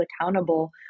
accountable